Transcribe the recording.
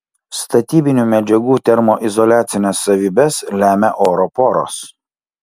statybinių medžiagų termoizoliacines savybes lemia oro poros